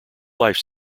life